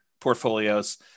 portfolios